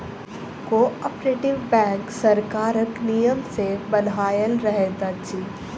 cooperative bank सरकारक नियम सॅ बन्हायल रहैत अछि